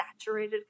saturated